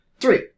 three